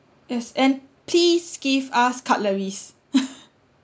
yes and please give us cutleries